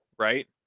Right